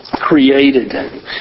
created